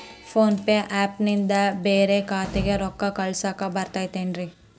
Phone pay app ನಿಂದ ಬ್ಯಾರೆ ಖಾತೆಕ್ ರೊಕ್ಕಾ ಕಳಸಾಕ್ ಬರತೈತೇನ್ರೇ?